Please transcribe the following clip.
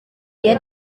dia